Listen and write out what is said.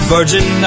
Virgin